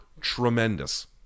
tremendous